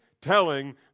Telling